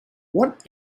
what